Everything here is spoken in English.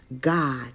God